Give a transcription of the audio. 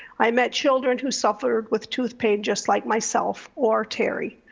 i met children who suffered with tooth pain, just like myself or terry.